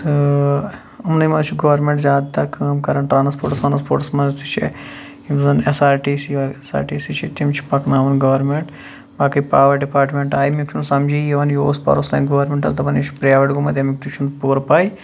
تہٕ أمۍ نٕے مَنٛز چھُ گورمینٹ زیادٕ تَر کٲم کَران ٹرانَسپوٹَس وانَسپوٹَس مَنٛز تہِ چھُ یُس زَن S R T C S R T C یِم چھِ پَکناوان گورمینٹ باقٕے پاوَر ڈِپاٹمینٹ آیہ مےٚ چھُنہٕ سَمجی یِوان یہِ اوس پَرُس تانۍ گورمینٹَس دَپان یہِ چھُ پرایویٹ گوٚمُت تمیُک تہِ چھُ نہٕ پوٗرٕ پاے